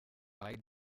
lied